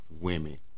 women